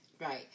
right